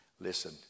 Listen